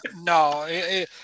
No